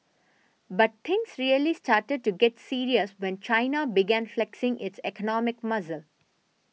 but things really started to get serious when China began flexing its economic muscle